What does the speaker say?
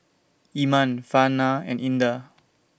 Iman Farhanah and Indah